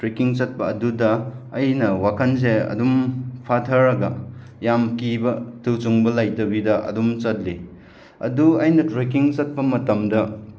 trekking ꯆꯠꯄ ꯑꯗꯨꯗ ꯑꯩꯅ ꯋꯥꯈꯟꯁꯦ ꯑꯗꯨꯝ ꯐꯥꯊꯔꯒ ꯌꯥꯝ ꯀꯤꯕ ꯇꯨ ꯆꯨꯡꯕ ꯂꯩꯇꯕꯤꯗ ꯑꯗꯨꯝ ꯆꯠꯂꯤ ꯑꯗꯨ ꯑꯩꯅ ꯇ꯭ꯔꯦꯀꯤꯡ ꯆꯠꯄ ꯃꯇꯝꯗ